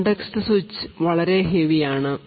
context switch വളരെ heavy ആണ്